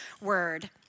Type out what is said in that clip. word